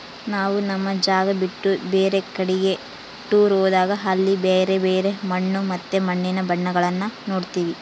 ನಾವು ನಮ್ಮ ಜಾಗ ಬಿಟ್ಟು ಬೇರೆ ಕಡಿಗೆ ಟೂರ್ ಹೋದಾಗ ಅಲ್ಲಿ ಬ್ಯರೆ ಬ್ಯರೆ ಮಣ್ಣು ಮತ್ತೆ ಮಣ್ಣಿನ ಬಣ್ಣಗಳನ್ನ ನೋಡ್ತವಿ